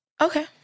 Okay